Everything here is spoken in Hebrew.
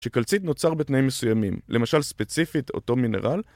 שקלצית נוצר בתנאים מסוימים, למשל ספציפית אותו מינרל